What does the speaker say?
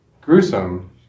gruesome